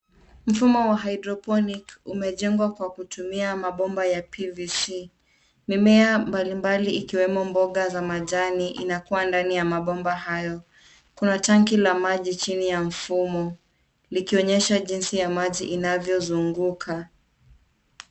Mfumo wa hydroponic umejengwa kwa kutumia mabomba ya PVC . Mimea mbalimbali ikiwemo mboga za majani, imekua ndani ya mabomba hayo. Kuna tanki la maji chini ya mfumo, likionyesha jinsi ya maji inavyozunguka.